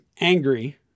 angry